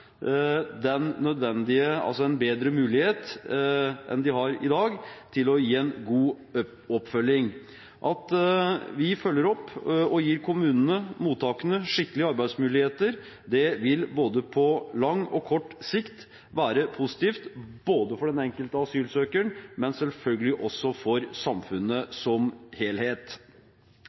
en bedre mulighet enn de har i dag til å gi en god oppfølging. At vi følger opp og gir kommunene, mottakene, skikkelige arbeidsmuligheter, vil både på lang og kort sikt være positivt, både for den enkelte asylsøkeren, men selvfølgelig også for samfunnet som helhet.